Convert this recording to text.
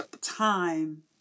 time